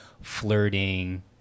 flirting